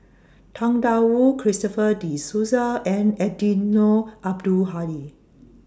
Tang DA Wu Christopher De Souza and Eddino Abdul Hadi